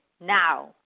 now